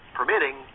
permitting